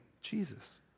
Jesus